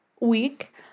week